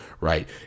Right